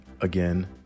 Again